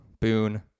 Boone